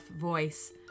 voice